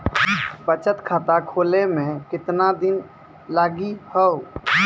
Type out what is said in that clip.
बचत खाता खोले मे केतना दिन लागि हो?